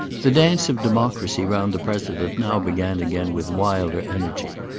the dance of democracy round the president now began again with wilder energy.